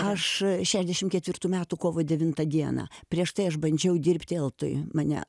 aš šešiasdešimt ketvirtų metų kovo devintą dieną prieš tai aš bandžiau dirbti eltui mane